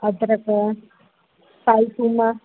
अदरक साई थूम